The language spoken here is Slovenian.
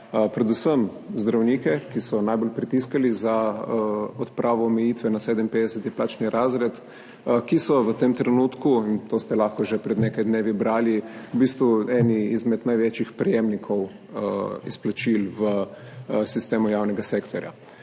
predvsem za zdravnike, ki so najbolj pritiskali za odpravo omejitve na 57. plačni razred, ki so v tem trenutku, in to ste lahko že pred nekaj dnevi brali, v bistvu eni izmed največjih prejemnikov izplačil v sistemu javnega sektorja.